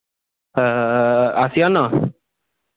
आशियाना